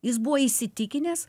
jis buvo įsitikinęs